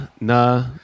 nah